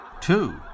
two